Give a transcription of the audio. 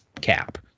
cap